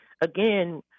again